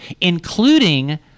including